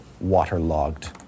waterlogged